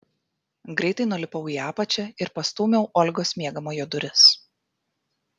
greitai nulipau į apačią ir pastūmiau olgos miegamojo duris